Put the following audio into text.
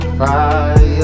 fire